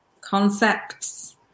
concepts